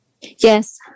Yes